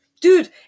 dude